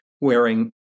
wearing